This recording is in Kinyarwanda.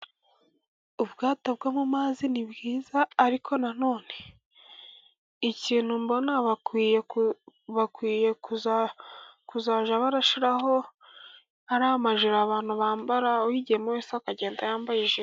Ubwato bwo mu mazi ni bwiza, ariko na none ikintu mbona bakwiye kuzajya bashyiraho ariya majire abantu bambara, uyagiyemo wese akagenda yambaye ijire.